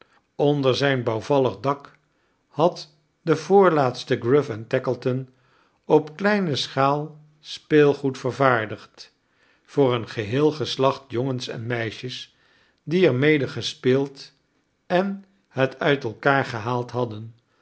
ooder zijn bouwvallig dak had de voorlaafci ste gruif f esn tackleton op kledne schaal speelgoed vervaardigd voor eten geheel geslacht jongens en meisjes die er mede gespeeld en het uit elkaar gehaald hadden